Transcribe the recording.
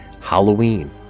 Halloween